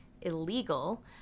illegal